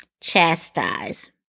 chastise